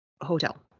hotel